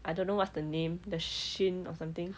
I don't know what's the name the shein or something